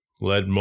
Led